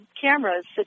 cameras